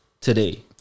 today